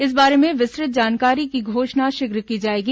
इस बारे में विस्तृत जानकारी की घोषणा शीघ्र की जाएगी